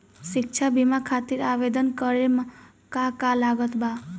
शिक्षा बीमा खातिर आवेदन करे म का का लागत बा?